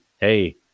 hey